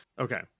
okay